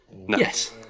Yes